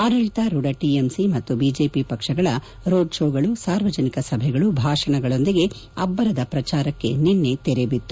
ಆಡಳಿತಾರೂಢ ಟಿಎಂಸಿ ಮತ್ತು ಬಿಜೆಪಿ ಪಕ್ಷಗಳ ರೋಡ್ ಶೋಗಳು ಸಾರ್ವಜನಿಕ ಸಭೆಗಳು ಭಾಷಣಗಳೊಂದಿಗೆ ಅಭ್ಲರದ ಪ್ರಚಾರಕ್ಕೆ ನಿನ್ನೆ ತೆರೆ ಬಿತ್ತು